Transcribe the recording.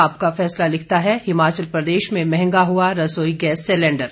आपका फैसला लिखता है हिमाचल प्रदेश में महंगा हुआ रसोई गैस सिलेंडर